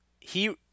He-